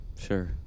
Sure